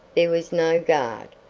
there was no guard,